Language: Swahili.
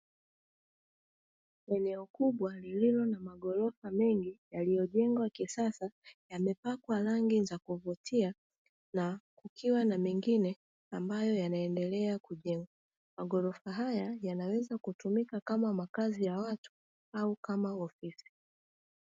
Eneo kubwa lililo na magorofa mengi yaliyojengwa kisasa yamepakwa rangi za kuvutia, na kukiwa na mengine ambayo yanaendelea kujengwa. Magorofa hayo yanaweza kutumika kama makazi ya watu au kama ofisi.